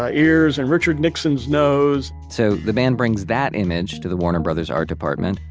ah ears and richard nixon's nose. so the band brings that image to the warner brothers art department,